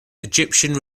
egyptian